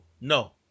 No